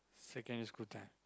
secondary school time